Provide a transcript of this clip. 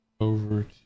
over